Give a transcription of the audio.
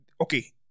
Okay